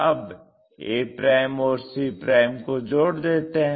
अब a और c को जोड़ देते हैं